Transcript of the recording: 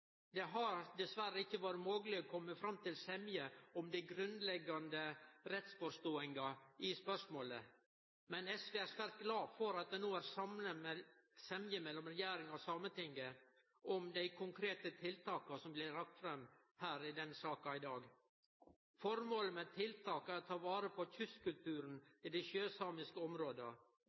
Det har dessverre ikkje vore mogleg å kome fram til semje om den grunnleggjande rettsforståinga i spørsmålet, men SV er svært glad for at det no er semje mellom regjeringa og Sametinget om dei konkrete tiltaka som blir lagde fram i denne saka i dag. Formålet med tiltaka er å ta vare på kystkulturen i dei sjøsamiske